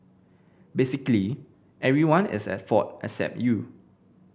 basically everyone is at fault except you